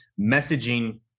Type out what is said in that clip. messaging